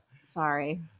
sorry